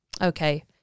okay